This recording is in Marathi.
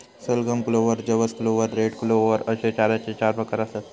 सलगम, क्लोव्हर, जवस क्लोव्हर, रेड क्लोव्हर अश्ये चाऱ्याचे चार प्रकार आसत